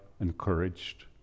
encouraged